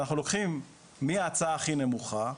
אנחנו לוקחים מי ההצעה הכי נמוכה,